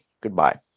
Goodbye